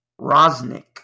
Rosnick